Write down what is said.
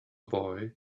boy